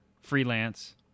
freelance